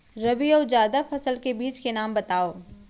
रबि अऊ जादा फसल के बीज के नाम बताव?